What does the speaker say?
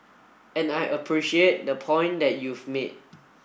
and I appreciate the point that you've made